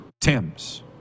Tim's